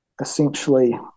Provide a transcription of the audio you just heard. essentially